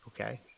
Okay